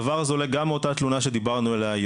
הדבר הזה עולה גם מאותה תלונה שדיברנו עליה,